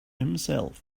himself